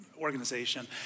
organization